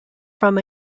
from